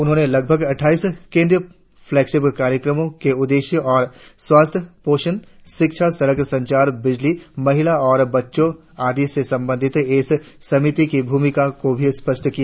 उन्होंने लगभग अटठाइस केंद्रिय फ्लैगशिप कार्यक्रम के उद्देश्य और स्वास्थ्य पोषण शिक्षासड़कसंचार बिजली महिलाओ और बच्चों आदि संबंधित इस समिति की भूमिका को भी स्पष्ट किया